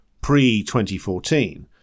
pre-2014